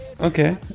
okay